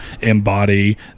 embody